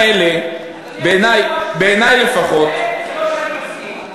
אדוני היושב-ראש, זה שאני שותק זה לא שאני מסכים.